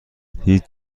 هیچ